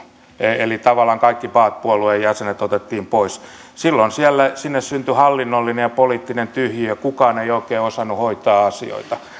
eli tavallaan kaikki baath puolueen jäsenet otettiin pois silloin sinne syntyi hallinnollinen ja poliittinen tyhjiö kukaan ei oikein osannut hoitaa asioita